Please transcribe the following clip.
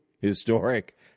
historic